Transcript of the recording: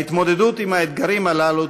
ההתמודדות עם האתגרים הללו,